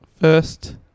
First